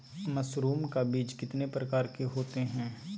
Mushroom का बीज कितने प्रकार के होते है?